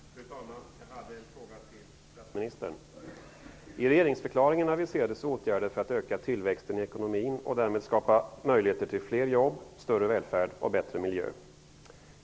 Fru talman! Jag har en fråga till statsministern. I regeringsförklaringen aviserades åtgärder för att öka tillväxten i ekonomin och därmed skapa möjligheter till fler jobb, större välfärd och bättre miljö.